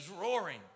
roaring